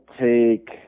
take